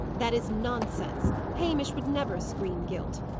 that is nonsense. hamish would never screen guilt.